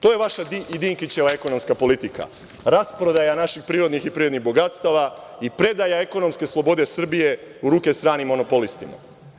To je vaša i Dinkićeva ekonomska politika, rasprodaja naših prirodnih i privrednih bogatstava i predaja ekonomske slobode Srbije u ruke stranih monopolistima.